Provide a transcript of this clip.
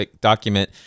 document